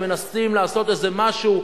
שמנסות לעשות משהו.